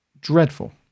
dreadful